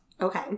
Okay